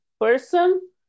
person